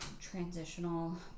transitional